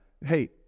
Hey